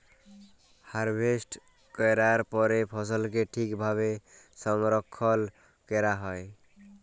harvest ক্যরার পরে ফসলকে ঠিক ভাবে সংরক্ষল ক্যরা হ্যয়